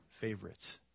favorites